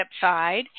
side